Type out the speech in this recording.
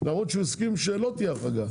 למרות שהוא הסכים שלא תהיה החרגה,